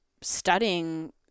studying